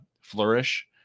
flourish